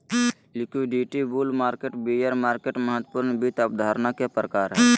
liquidity, bull market, bear market महत्वपूर्ण वित्त अवधारणा के प्रकार हय